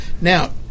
now